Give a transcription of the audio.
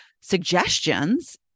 suggestions